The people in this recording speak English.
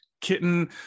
kitten